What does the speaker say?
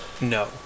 No